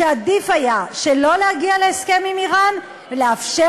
שעדיף היה שלא להגיע להסכם עם איראן ולאפשר